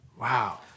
Wow